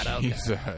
Jesus